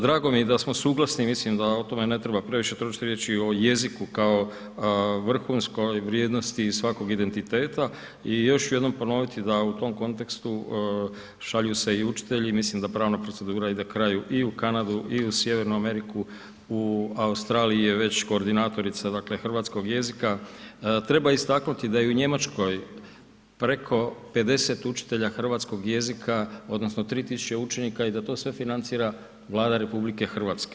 Drago mi je da smo suglasni, mislim da o tome ne treba previše trošiti riječi, o jeziku kao vrhunskoj vrijednosti svakog identiteta i još ću jednom ponoviti da u tom kontekstu šalju se i učitelji i mislim da pravna procedura ide kraju i u Kanadu i u Sjevernu Ameriku, u Australiji je već koordinatorica dakle hrvatskog jezika, treba istaknuti da je u Njemačkoj preko 50 učitelja hrvatskog jezika odnosno 3000 učenika i da to sve financira Vlada RH.